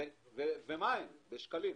ומה הן היו בשקלים?